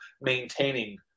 maintaining